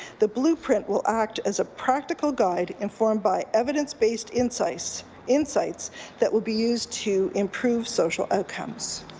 the blueprint will act as a practical guide informed by evidence-based insights insights that will be used to improve social outcomes.